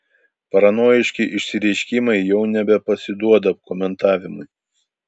paranojiški išsireiškimai jau nebepasiduoda komentavimui